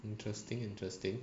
interesting interesting